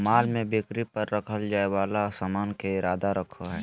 माल में बिक्री पर रखल जाय वाला सामान के इरादा रखो हइ